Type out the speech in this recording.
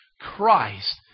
Christ